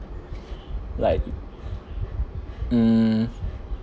right mm